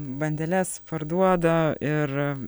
bandeles parduoda ir